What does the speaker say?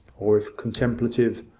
or if contemplative,